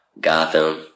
Gotham